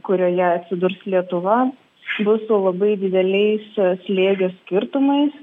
kurioje atsidurs lietuva iš viso labai dideliais čia slėgio skirtumais